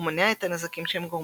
ומונע את הנזקים שהם גורמים,